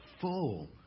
full